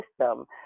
system